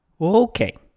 Okay